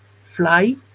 fly